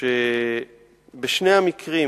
שבשני המקרים